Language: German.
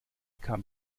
kam